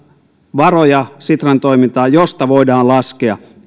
varoja sitran toimintaan josta voidaan laskea